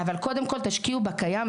אבל קודם כל תשקיעו בקיים,